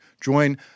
join